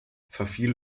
verfiel